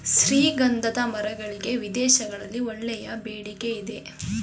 ಶ್ರೀಗಂಧದ ಮರಗಳಿಗೆ ವಿದೇಶಗಳಲ್ಲಿ ಒಳ್ಳೆಯ ಬೇಡಿಕೆ ಇದೆ